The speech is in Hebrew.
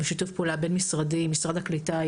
בשיתוף פעולה בין-משרדי עם משרד הקליטה,